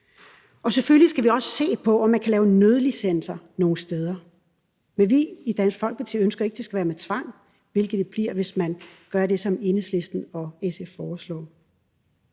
Selvfølgelig skal vi også se på, om man kan lave nødlicenser nogle steder. Men vi i Dansk Folkeparti ønsker ikke, at det skal være med tvang, hvilket det bliver, hvis man gør det, som Enhedslisten og SF foreslår.